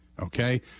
Okay